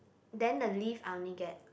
then the leave I only get